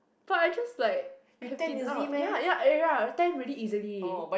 but I just like I've been out ya ya ya I tan very easily